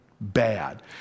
bad